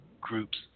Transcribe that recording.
groups